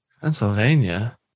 Pennsylvania